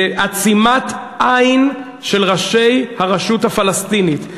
בעצימת עין של ראשי הרשות הפלסטינית,